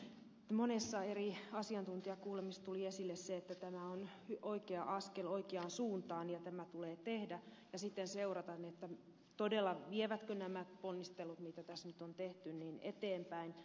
monessa eri asiantuntijakuulemisessa tuli esille se että tämä on oikea askel oikeaan suuntaan ja tämä tulee tehdä ja sitten seurata vievätkö nämä ponnistelut mitä tässä nyt on tehty todella eteenpäin